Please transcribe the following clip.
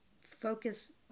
focus